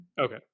Okay